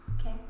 Okay